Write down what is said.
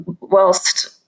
whilst